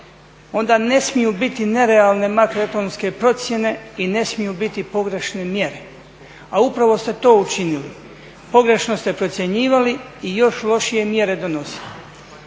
onda ne smiju biti nerealne makroekonomske procjene i ne smiju biti pogrešne mjere a upravo ste to učinili. Pogrešno ste procjenjivali i još lošije mjere donosili.